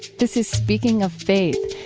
this is speaking of faith,